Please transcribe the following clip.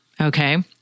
Okay